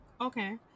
okay